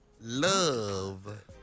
Love